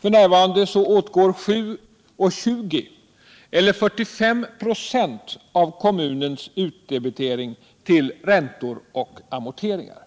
F. n. åtgår 7:20 kr. eller 45 26 av kommunens utdebitering till räntor och amorteringar.